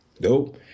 Dope